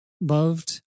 loved